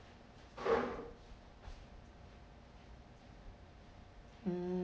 mm